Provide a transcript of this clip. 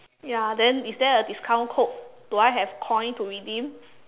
ya then is there a discount code do I have coin to redeem